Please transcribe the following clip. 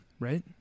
Right